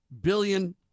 billion